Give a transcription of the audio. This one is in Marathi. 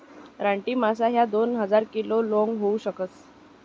रानटी मासा ह्या दोन हजार किलो लोंग होऊ शकतस